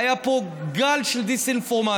היה פה גל של דיסאינפורמציה,